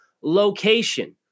Location